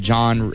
John